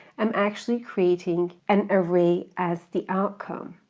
i'm actually creating an array as the outcome.